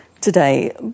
today